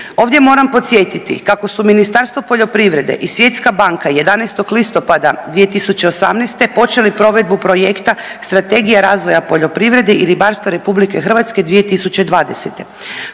Ovdje moram podsjetiti kako su Ministarstvo poljoprivrede i Svjetska banka 11. listopada 2018. počeli provedbu projekta Strategija razvoja poljoprivrede i ribarstva RH 2020..